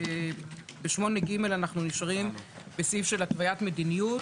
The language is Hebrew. בסעיף של התוויית מדיניות.